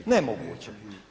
Nemoguće.